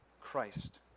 Christ